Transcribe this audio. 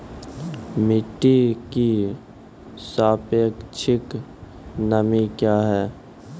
मिटी की सापेक्षिक नमी कया हैं?